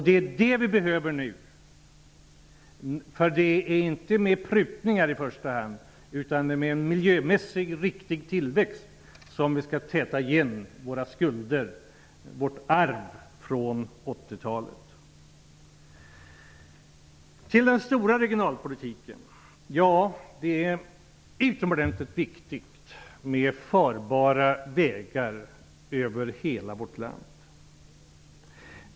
Det är det vi behöver nu och inte mer prutningar! Det är med en miljömässigt riktig tillväxt som vi skall täta igen hålen efter våra skulder, vårt arv från 80-talet. Till den stora regionalpolitiken! Det är utomordentligt viktigt med farbara vägar över hela vårt land.